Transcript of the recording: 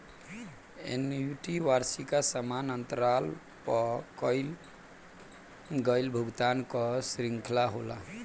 annuity वार्षिकी समान अंतराल पअ कईल गईल भुगतान कअ श्रृंखला होला